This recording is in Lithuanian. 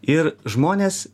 ir žmonės